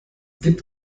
gibt